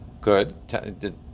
Good